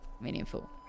Meaningful